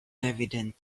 evident